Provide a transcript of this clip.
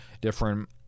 different